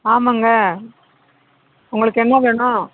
ஆமாம்ங்க உங்களுக்கு என்ன வேணும்